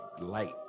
light